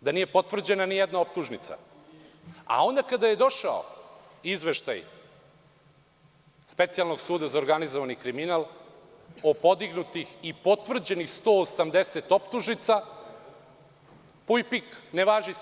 da nije potvrđena ni jedna optužnica, a onda kada je došao Izveštaj Specijalnog suda za organizovani kriminal o podignutih i potvrđenih 180 optužnica, puj pik - ne važi se.